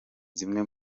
zimwe